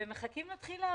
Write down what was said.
ומחכים להתחיל לעבוד.